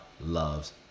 loves